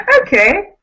Okay